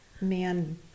man